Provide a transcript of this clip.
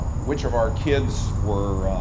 which of our kids were